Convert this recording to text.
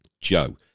Joe